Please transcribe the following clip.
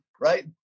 right